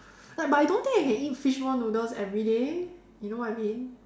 like but I don't think I can eat fishball noodles everyday you know what I mean